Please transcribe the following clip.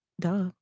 Duh